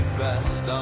best